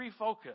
refocus